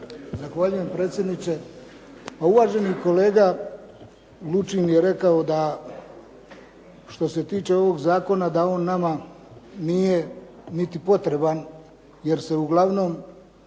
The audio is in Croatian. Zahvaljujem predsjedniče. Uvaženi kolega Lučin je rekao da što se tiče ovog zakona da on nama nije niti potreban jer se uglavnom